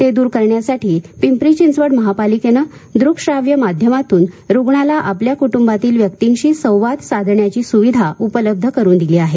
ते दूर करण्यासाठी पिंपरी चिंचवड महापालिकेने दृक श्राव्य माध्यमातून रुग्णाला आपल्या कुटुंबातील व्यक्तींशी संवाद साधण्याची सुविधा उपलब्ध करून दिली आहे